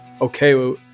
Okay